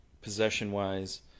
possession-wise